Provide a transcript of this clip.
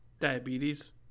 Diabetes